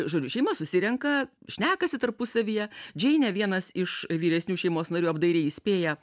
žodžiu šeima susirenka šnekasi tarpusavyje džeinę vienas iš vyresnių šeimos narių apdairiai įspėja